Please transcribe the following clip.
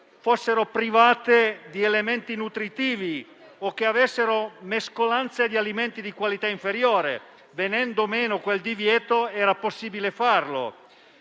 bevande privati di elementi nutritivi o mescolati con alimenti di qualità inferiore. Venendo meno quel divieto, era possibile farlo.